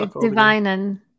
divining